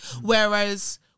Whereas